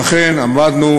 ואכן עמדנו,